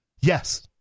Yes